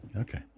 Okay